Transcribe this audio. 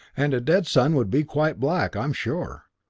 and a dead sun would be quite black, i'm sure.